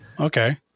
Okay